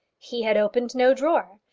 he had opened no drawer.